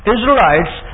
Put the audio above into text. Israelites